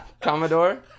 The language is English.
Commodore